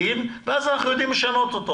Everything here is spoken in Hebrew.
ואז אנחנו יודעים לשנות אותו.